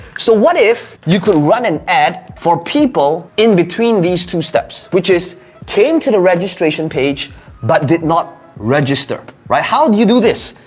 so what if you could run an ad for people in between these two steps, which is came to the registration page but did not register, right? how do you do this?